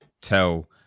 tell